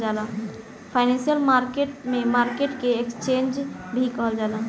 financial market में market के exchange भी कहल जाला